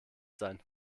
sein